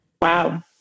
Wow